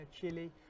Chile